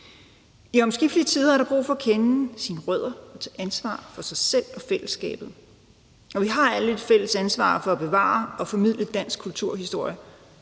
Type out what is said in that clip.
I omskiftelige tider har man brug for at kende sine rødder og tage ansvar for sig selv og fællesskabet. Og vi har alle et fælles ansvar for at bevare og formidle dansk kulturhistorie.